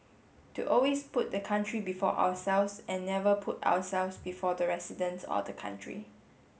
to always put the country before ourselves and never put ourselves before the residents or the country